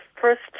first